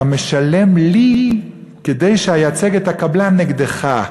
אתה משלם לי כדי שאייצג את הקבלן נגדך,